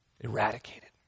eradicated